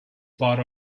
part